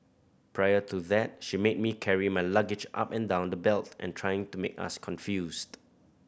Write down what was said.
prior to that she made me carry my luggage up and down the belt and trying to make us confused